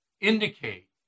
indicate